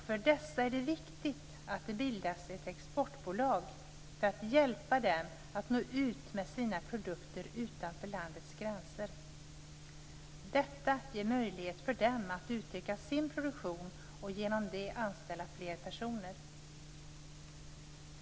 För dessa är det viktigt att det bildas ett exportbolag för att hjälpa dem att nå ut med sina produkter utanför landets gränser. Detta ger möjlighet för dem att utveckla sin produktion och genom detta anställa fler personer.